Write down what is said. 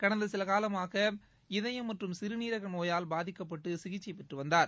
கடந்தசிலகாலமாக இதயம் மற்றும் சிறுநீரகநோயால் பாதிக்கப்பட்டுசிகிச்சைபெற்றுவந்தார்